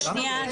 למה לא אוטומטי?